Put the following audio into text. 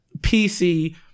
PC